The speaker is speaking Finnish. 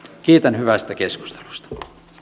kiitän hyvästä keskustelusta